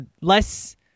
less